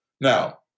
Now